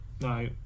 no